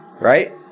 right